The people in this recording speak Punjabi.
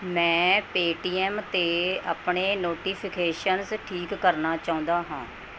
ਮੈਂ ਪੇਟੀਐੱਮ 'ਤੇ ਆਪਣੇ ਨੋਟੀਫੀਕੇਸ਼ਨਸ ਠੀਕ ਕਰਨਾ ਚਾਹੁੰਦਾ ਹਾਂ